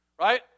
right